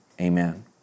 Amen